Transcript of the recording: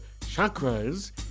chakras